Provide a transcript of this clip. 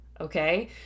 okay